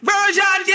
Version